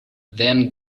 then